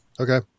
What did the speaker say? Okay